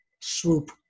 swoop